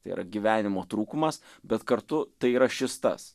tai yra gyvenimo trūkumas bet kartu tai yra šis tas